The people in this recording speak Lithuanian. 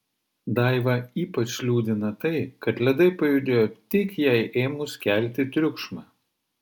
daivą ypač liūdina tai kad ledai pajudėjo tik jai ėmus kelti triukšmą